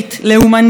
לאומנית,